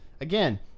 again